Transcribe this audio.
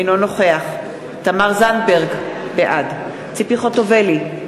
אינו נוכח תמר זנדברג, בעד ציפי חוטובלי,